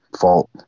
fault